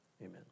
amen